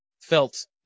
felt